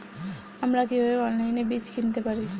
আমরা কীভাবে অনলাইনে বীজ কিনতে পারি?